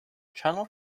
channel